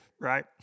right